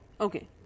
Okay